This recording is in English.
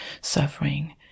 suffering